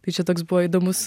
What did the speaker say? tai čia toks buvo įdomus